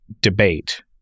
debate